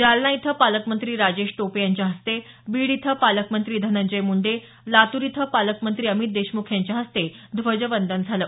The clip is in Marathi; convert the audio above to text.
जालना इथं पालकमंत्री राजेश टोपे यांच्या हस्ते बीड इथं पालकमंत्री धनंजय मुंडे लातूर इथं पालकमंत्री अमित देशमुख यांच्याहस्ते ध्वजवंदन झालं